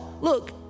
look